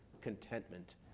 contentment